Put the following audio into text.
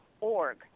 org